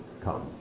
come